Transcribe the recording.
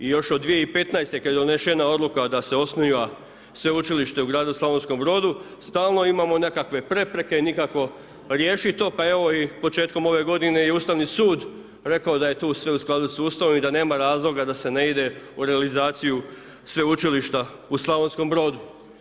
I još od 2015., kad je donešena Odluka da se osniva Sveučilište u gradu Slavonskom Brodu, stalno imamo nekakve prepreke i nikako riješit to, pa evo i početkom ove godine i Ustavni sud rekao da je tu sve u skladu s Ustavom i da nema razloga da se ne ide u realizaciju Sveučilišta u Slavonskom Brodu.